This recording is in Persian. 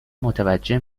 متوجه